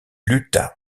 lutta